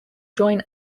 join